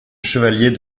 chevalier